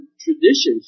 traditions